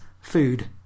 food